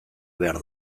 behar